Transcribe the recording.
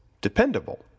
dependable